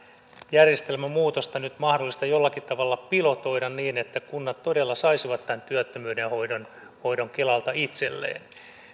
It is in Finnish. järjestelmän muutosta nyt mahdollista jollakin tavalla pilotoida niin että kunnat todella saisivat tämän työttömyyden hoidon hoidon kelalta itselleen